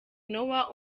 noah